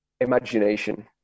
imagination